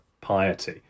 piety